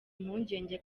impungenge